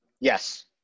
Yes